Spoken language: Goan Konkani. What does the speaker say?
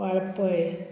वाळपय